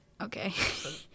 Okay